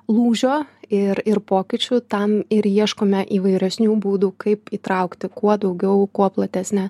lūžio ir ir pokyčių tam ir ieškome įvairesnių būdų kaip įtraukti kuo daugiau kuo platesnę